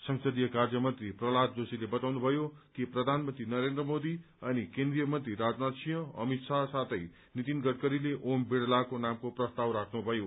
संसदीय कार्यमन्त्री प्रहलाद जोशीले बताउनु भयो कि प्रधानमन्त्री नरेन्द्र मोदी अनि केन्द्रीय मन्त्री राजनाथ सिंह अमित शाह साथै नितिन गडकरीले ओम बिड़लाको नामको प्रस्ताव राख्नुभयो